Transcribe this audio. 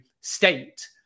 state